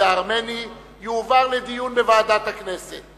הארמני תועבר לדיון בוועדת הכנסת.